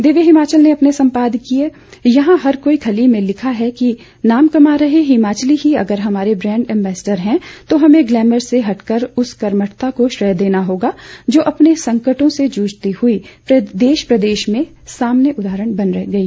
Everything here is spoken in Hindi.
दिव्य हिमाचल ने अपने संपादकीय यहां हर कोई खली में लिखा है कि नाम कमा रहे हिमाचली ही अगर हमारे ब्रांड एंबेसेडर हैं तो हमें ग्लैमर से हटकर उस कर्मठता को श्रेय देना होगा जो अपने संकटों से जूझती हुई देश प्रदेश के सामने उदाहरण बन गई